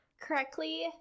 correctly